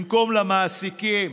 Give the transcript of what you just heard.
במקום למעסיקים.